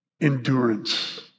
endurance